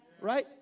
right